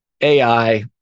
ai